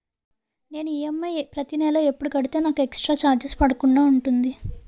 నేను ఈ.ఎం.ఐ ప్రతి నెల ఎపుడు కడితే నాకు ఎక్స్ స్త్ర చార్జెస్ పడకుండా ఉంటుంది?